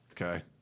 Okay